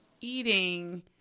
eating